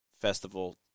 festival